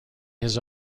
his